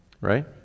Right